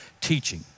teaching